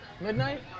Midnight